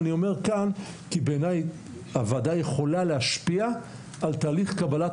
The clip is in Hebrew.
אני אומר את זה כאן כי בעיניי הוועדה יכולה להשפיע על תהליך קבלת